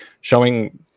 showing